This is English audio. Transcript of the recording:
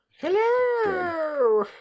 Hello